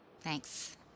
Thanks